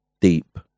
deep